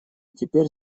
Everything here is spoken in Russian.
теперь